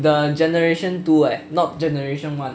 the generation two eh not generation one